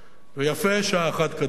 ויפה שעה אחת קדימה.